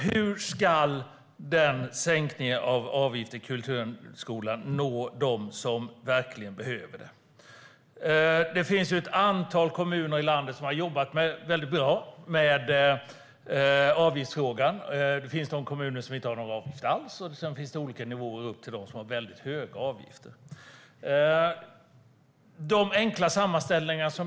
Hur ska sänkningen av avgifterna i kulturskolan nå dem som verkligen behöver den? Det finns ett antal kommuner i landet som har jobbat väldigt bra med avgiftsfrågan. Det finns de kommuner som inte har någon avgift alls, och sedan finns det olika nivåer upp till dem som har väldigt höga avgifter.